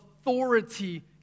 authority